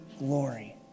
Glory